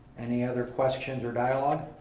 any other questions or dialogue?